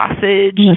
sausage